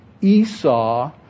Esau